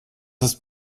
ist